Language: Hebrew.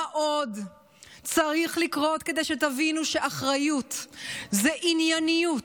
מה עוד צריך לקרות כדי שתבינו שאחריות זה ענייניות,